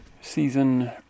season